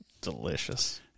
Delicious